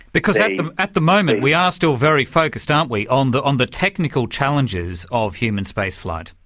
because at the moment we are still very focused, aren't we, on the on the technical challenges of human spaceflight.